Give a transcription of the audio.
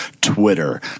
Twitter